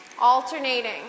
alternating